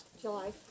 July